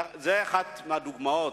זו אחת הדוגמאות.